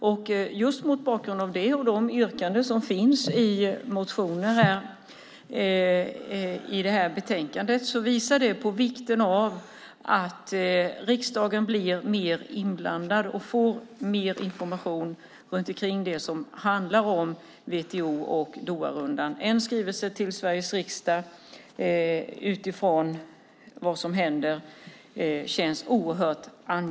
Detta tillsammans med de yrkanden som finns i motioner i betänkandet visar på vikten av att riksdagen blir mer inblandad och får mer information om WTO och Doharundan. Det känns angeläget med en skrivelse till Sveriges riksdag om vad som händer.